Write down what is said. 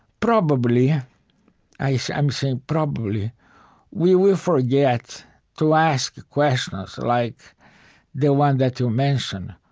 probably i'm saying probably we will forget to ask the questions like the one that you mentioned,